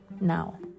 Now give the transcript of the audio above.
Now